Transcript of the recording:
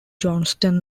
johnston